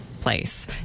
place